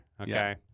okay